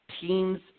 teams